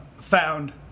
found